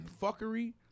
fuckery